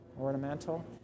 Ornamental